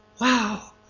wow